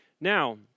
Now